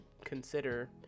Consider